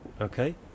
Okay